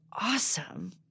awesome